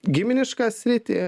giminišką sritį